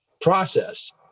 process